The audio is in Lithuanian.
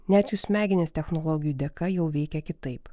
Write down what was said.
net jų smegenys technologijų dėka jau veikia kitaip